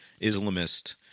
Islamist